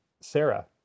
Sarah